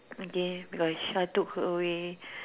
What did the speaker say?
okay because Char took her away